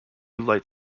light